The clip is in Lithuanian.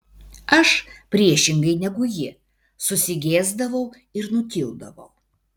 aš priešingai negu ji susigėsdavau ir nutildavau